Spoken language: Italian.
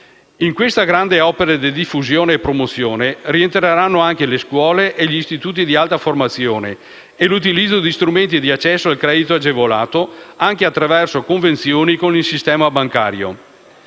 In questa grande opera di diffusione e promozione rientreranno anche le scuole e gli istituti di alta formazione e l'utilizzo di strumenti di accesso al credito agevolato, anche attraverso convenzioni con il sistema bancario.